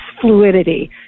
fluidity